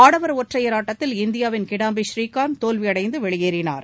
ஆடவர் ஒற்றையர் ஆட்டத்தில் இந்தியாவின் கிடாம்பி ஸ்ரீகாந்த் தோல்வியடைந்து வெளியேறினார்